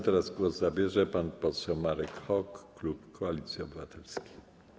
Teraz głos zabierze pan poseł Marek Hok, klub Koalicji Obywatelskiej.